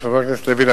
חבר הכנסת לוין,